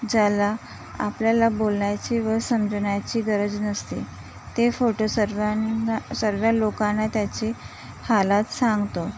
ज्याला आपल्याला बोलायची व समजवण्याची गरज नसते ते फोटो सर्वाना सर्व लोकांना त्याचे हालात सांगतो